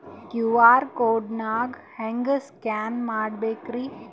QR code ನಾ ಹೆಂಗ scan ಮಾಡಬೇಕ್ರಿ?